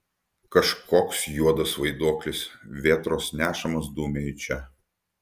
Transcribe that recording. kažkoks juodas vaiduoklis vėtros nešamas dumia į čia